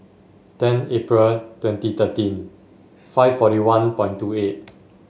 ten April twenty thirteen five forty one point two eight